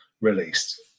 released